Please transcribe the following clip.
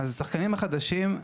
אז השחקנים החדשים,